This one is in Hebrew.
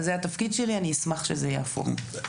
זה התפקיד שלי ואני אשמח שזה יהיה הפורום.